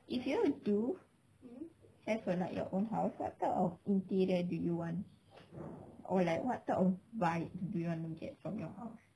if you ever do have a like your own house what type of interior do you want or like what type of vibes do want to get from your house